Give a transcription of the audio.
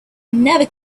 never